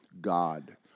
God